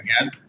again